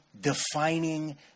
defining